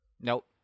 Nope